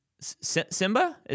Simba